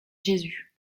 jésus